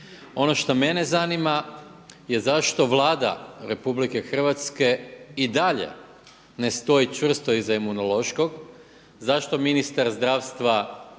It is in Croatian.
Ono što mene zanima je zašto Vlada RH i dalje ne stoji čvrsto iza Imunološkog? Zašto ministar zdravstva